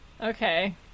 Okay